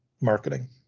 marketing